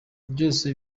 byose